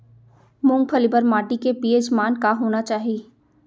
मूंगफली बर माटी के पी.एच मान का होना चाही?